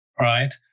right